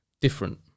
different